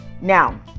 now